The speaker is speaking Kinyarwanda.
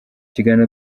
kiganiro